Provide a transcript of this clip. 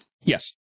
Yes